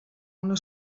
una